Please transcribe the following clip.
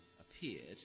appeared